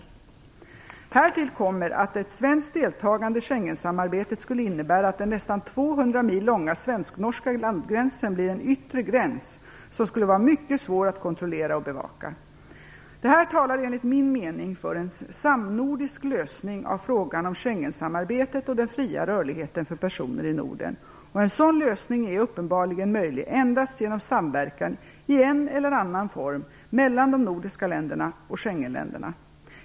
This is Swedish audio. Härtill kommer att ett svenskt deltagande i Schengensamarbetet skulle innebära att den nästan 200 mil långa svensk-norska landgränsen blir en yttre gräns som skulle vara mycket svår att kontrollera och bevaka. Detta talar enligt min mening för en samnordisk lösning av frågan om Schengensamarbetet och den fria rörligheten för personer i Norden. En sådan lösning är uppenbarligen möjlig endast genom samverkan i en eller annan form mellan de nordiska länderna och Schengenländerna.